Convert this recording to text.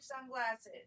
sunglasses